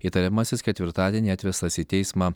įtariamasis ketvirtadienį atvestas į teismą